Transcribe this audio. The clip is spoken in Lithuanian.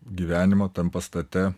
gyvenimo tam pastate